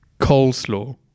coleslaw